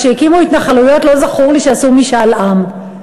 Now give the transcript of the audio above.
כשהקימו התנחלויות לא זכור לי שעשו משאל עם,